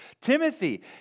Timothy